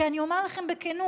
כי אני אומר לכם בכנות,